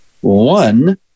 One